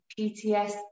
PTSD